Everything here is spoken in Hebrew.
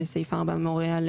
שסעיף 4 מורה על